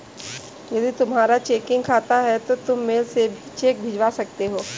यदि तुम्हारा चेकिंग खाता है तो तुम मेल से भी चेक भिजवा सकते हो